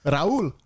Raul